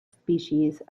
species